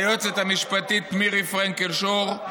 ליועצת המשפטית מירי פרנקל-שור,